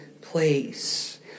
place